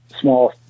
small